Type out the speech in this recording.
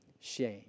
shame